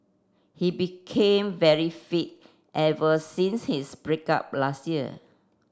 he became very fit ever since his break up last year